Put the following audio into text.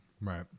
Right